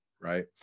right